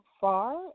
far